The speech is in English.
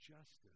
justice